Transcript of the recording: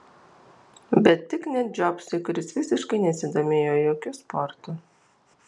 bet tik ne džobsui kuris visiškai nesidomėjo jokiu sportu